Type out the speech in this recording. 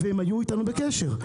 הם היו איתנו בקשר.